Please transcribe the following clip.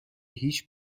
هیچ